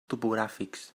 topogràfics